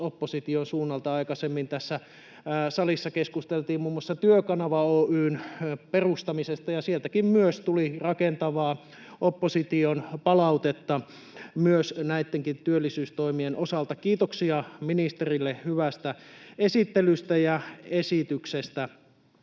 opposition suunnalta. Aikaisemmin tässä salissa keskusteltiin muun muassa Työkanava Oy:n perustamisesta, ja sieltäkin tuli rakentavaa opposition palautetta näittenkin työllisyystoimien osalta. Kiitoksia ministerille hyvästä esittelystä ja esityksestä.